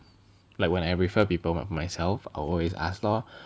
like when I refer people myself I will always ask lor